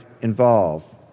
involve